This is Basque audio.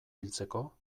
hiltzeko